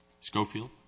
Schofield